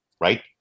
right